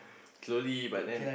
slowly but then